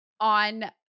on